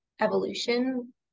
evolution